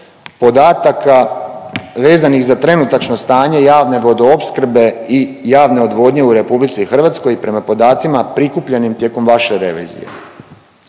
podataka vezanih za trenutačno stanje javne vodoopskrbe i javne odvodnje u Republici Hrvatskoj prema podacima prikupljenim tijekom vaše revizije.